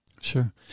Sure